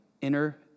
inner